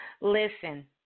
Listen